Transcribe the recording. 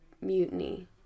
mutiny